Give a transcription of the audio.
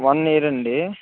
one year అండి